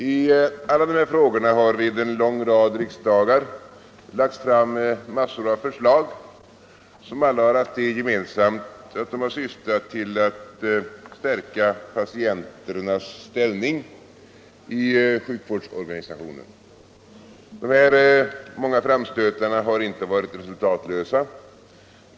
I alla dessa frågor har vid en lång rad riksdagar lagts fram massor av förslag, som alla har haft det gemensamt att de har syftat till att stärka patienternas ställning i sjukvårdsorganisationen. De här många framstötarna har inte varit resultatlösa.